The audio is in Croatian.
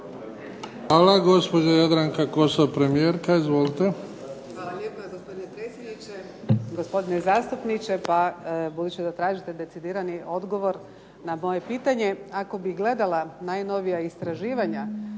Hvala. Gospođa Jadranka Kosor, premijerka. Izvolite. **Kosor, Jadranka (HDZ)** Hvala lijepa gospodine predsjedniče, gospodine zastupniče. Pa budući da tražite decidirani odgovor na moje pitanje, ako bih gledala najnovija istraživanja